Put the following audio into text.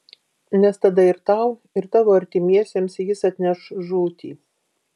nes tada ir tau ir tavo artimiesiems jis atneš žūtį